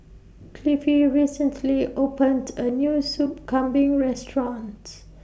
Cliffie recently opened A New Soup Kambing restaurants